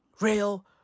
Real